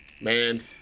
man